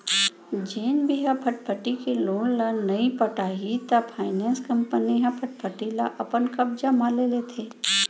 जेन भी ह फटफटी के लोन ल नइ पटाही त फायनेंस कंपनी ह फटफटी ल अपन कब्जा म ले लेथे